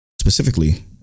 Specifically